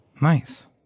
Nice